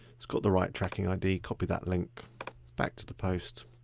it's got the right tracking id. copy that link back to the post.